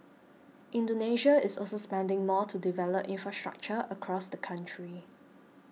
Indonesia is also spending more to develop infrastructure across the country